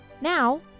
now